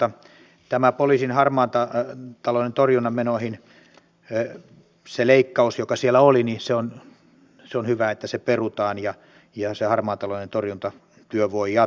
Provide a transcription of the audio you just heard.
leikkaus joka oli poliisin harmaan talouden torjunnan menoihin hee se leikkaus joka siellä oli niin on hyvä että se perutaan ja se harmaan talouden torjuntatyö voi jatkua